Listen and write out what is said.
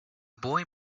boy